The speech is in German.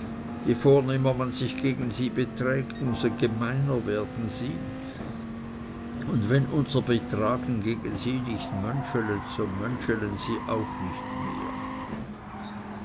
je vornehmer man sich gegen sie beträgt um so gemeiner werden sie und wenn unser betragen gegen sie nicht mönschelet so mönschelen sie auch nicht mehr